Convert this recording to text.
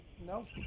No